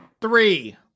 Three